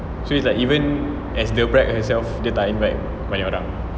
so it's like even as the bride herself dia tak invite banyak orang